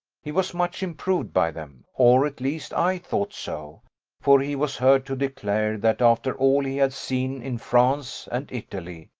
he was much improved by them, or at least i thought so for he was heard to declare, that after all he had seen in france and italy,